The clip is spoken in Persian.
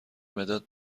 مداد